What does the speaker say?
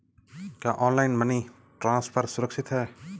क्या online money transfer सुरक्षित है?